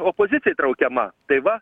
opozicija įtraukiama tai va